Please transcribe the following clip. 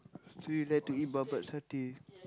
so you like to eat babat satay